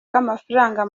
k’amafaranga